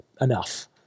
Enough